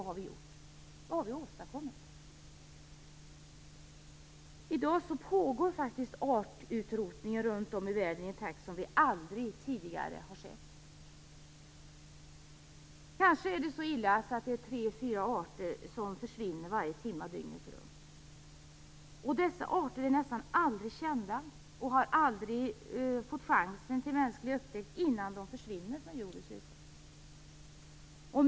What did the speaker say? Men vad har vi gjort? Vad har vi åstadkommit? I dag pågår runt om i världen artutrotning i en takt som vi aldrig tidigare har sett. Kanske är det så illa att tre fyra arter försvinner varje timme dygnet runt. Dessa arter är nästan aldrig kända, och chansen till upptäckt av människor har aldrig funnits innan de här arterna försvunnit från jordens yta.